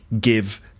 give